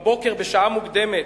בבוקר בשעה מוקדמת.